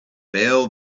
bail